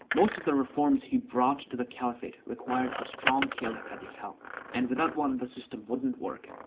most of the reforms he brought to the caliphate required a strong caliph at the helm and without one, the system wouldn't work.